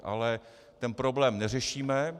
Ale problém neřešíme.